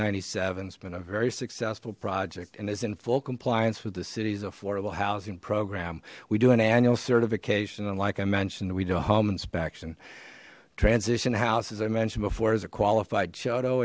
ninety seven has been a very successful project and is in full compliance with the city's affordable housing program we do an annual certification and like i mentioned we do a home inspection transition house as i mentioned before is a qualified